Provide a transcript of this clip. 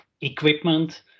equipment